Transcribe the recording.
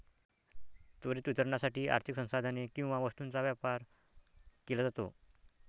त्वरित वितरणासाठी आर्थिक संसाधने किंवा वस्तूंचा व्यापार केला जातो